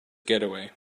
getaway